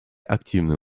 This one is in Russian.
активные